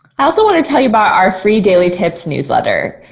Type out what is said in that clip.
i also want to tell you about our free daily tips newsletter.